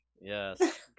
Yes